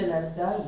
where